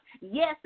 yes